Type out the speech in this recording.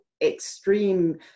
extreme